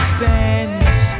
Spanish